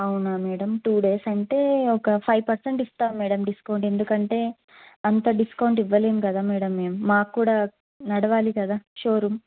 అవునా madam two days అంటే ఒక ఫైవ్ పర్సెంట్ ఇస్తాము మేడం డిస్కౌంట్ ఎందుకంటే అంత డిస్కౌంట్ ఇవ్వలేము కదా మేము మాక్కూడా నడవాలి కదా షోరూమ్